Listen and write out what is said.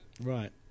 Right